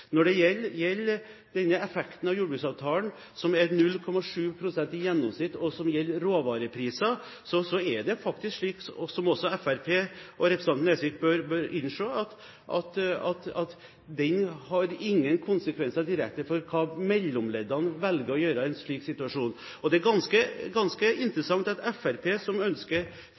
Når det gjelder effekten av jordbruksavtalen, som er 0,7 pst. i gjennomsnitt, og som gjelder råvarepriser, er det faktisk slik, som også Fremskrittspartiet og representanten Nesvik bør innse, at den har ingen konsekvenser direkte for hva mellomleddene velger å gjøre i en slik situasjon. Det er ganske interessant at Fremskrittspartiet, som ønsker